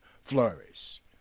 flourish